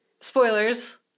spoilers